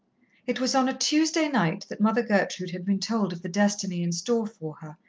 it was on a tuesday night that mother gertrude had been told of the destiny in store for her,